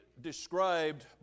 described